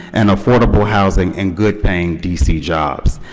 and affordable housing and good paying dc jobs.